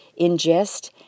ingest